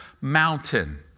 mountain